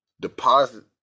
deposit